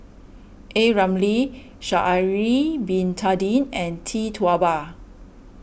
a Ramli Sha'ari Bin Tadin and Tee Tua Ba